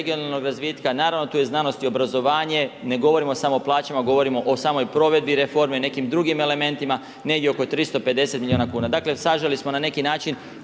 regionalnog razvitka. Naravno tu je znanost i obrazovanje, ne govorimo samo o plaćama, govorimo o samoj provedbi reforme, nekim drugim elementima, negdje oko 350 milijuna kuna. Dakle, saželi smo na neki način